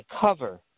cover